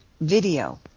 video